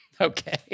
Okay